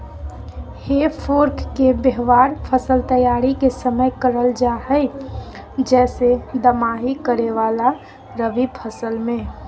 हे फोर्क के व्यवहार फसल तैयारी के समय करल जा हई, जैसे दमाही करे वाला रवि फसल मे